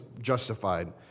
justified